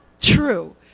true